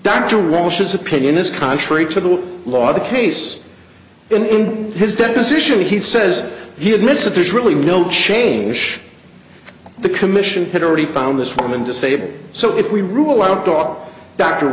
to walsh is opinion is contrary to the law the case in his deposition he says he admits that there's really no change the commission had already found this woman disabled so if we rule out dog dr